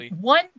one